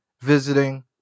visiting